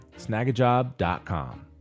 snagajob.com